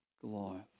Goliath